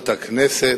וחברות הכנסת,